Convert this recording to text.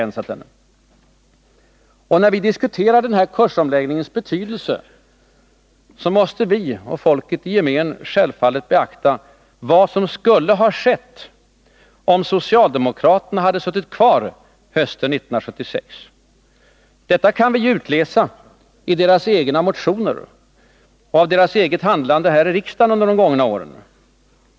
När vi diskuterar kursomläggningens betydelse, måste vi och folket i gemen självfallet beakta vad som skulle ha skett om socialdemokraterna suttit kvar hösten 1976. Detta kan vi utläsa ur deras egna motioner och konstatera efter deras handlande här i riksdagen under de gångna åren.